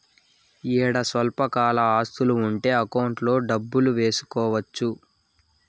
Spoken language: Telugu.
ఈడ స్వల్పకాల ఆస్తులు ఉంటే అకౌంట్లో డబ్బులు వేసుకోవచ్చు